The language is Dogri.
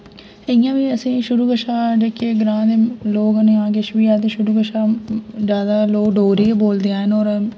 इ'यां बी असें शुरू कशा जेह्के ग्रां दे लोक न जां किश बी ऐ सारे कशा ज्यादा लोक डोगरी गे बोलदे हैन होर